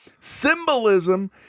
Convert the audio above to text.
symbolism